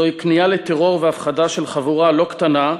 זוהי כניעה לטרור והפחדה של חבורה לא קטנה,